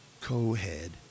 co-head